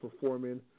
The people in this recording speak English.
performing